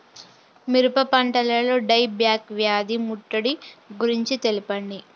మిరప పంటలో die back వ్యాధి ముట్టడి గురించి తెల్పండి?